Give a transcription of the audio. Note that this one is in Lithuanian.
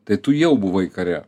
tai tu jau buvai kare